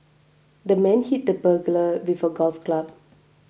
the man hit the burglar with a golf club